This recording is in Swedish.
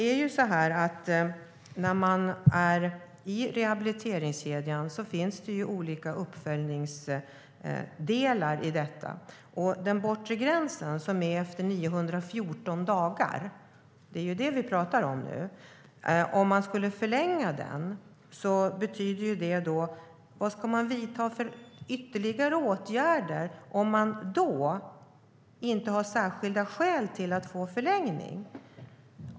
När man är i rehabiliteringskedjan finns det olika uppföljningsdelar. Den bortre gränsen, som vi nu talar om, infaller efter 914 dagar. Om denna tid skulle förlängas, vilka ytterligare åtgärder ska då vidtas om man inte har särskilda skäl till att få en förlängning?